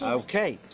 okay.